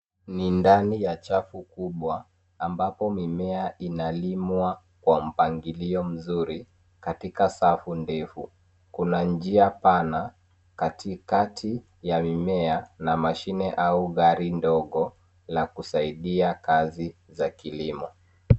Ni ndani ya chafu kubwa ambapo mimea inalimwa kwa mpangilio mzuri katika safu ndefu kuna njia pana kati kati ya mimea na mashine au gari ndogo la kusaidia kazi za kilimo.